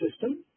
system